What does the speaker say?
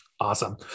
Awesome